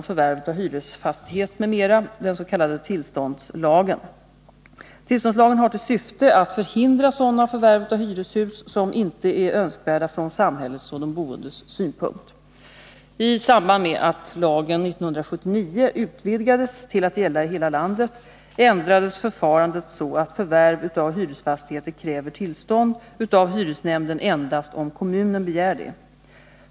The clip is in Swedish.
förvärv av hyreshus som inte är önskvärda från samhällets och de boendes synpunkt. I samband med att lagen 1979 utvidgades till att gälla i hela landet ändrades förfarandet så att förvärv av hyresfastigheter kräver tillstånd av hyresnämnden endast om kommunen begär det.